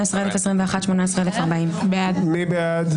17,661 עד 17,680. מי בעד?